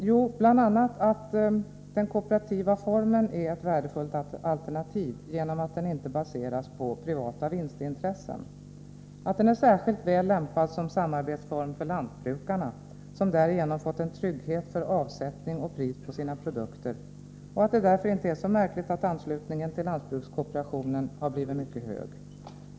Jo, bl.a. att den kooperativa formen är ett värdefullt alternativ genom att den inte baseras på privata vinstintressen, att den är särskilt väl lämpad som samarbetsform för lantbrukarna, som därigenom fått en trygghet för avsättning och pris på sina produkter, och att det därför inte är så märkligt att anslutningen till lantbrukskooperationen har blivit mycket hög.